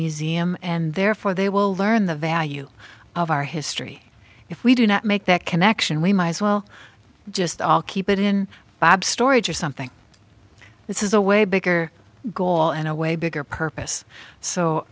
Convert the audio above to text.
museum and therefore they will learn the value of our history if we do not make that connection we might as well just all keep it in bob's storage or something this is a way bigger goal and a way bigger purpose so